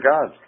God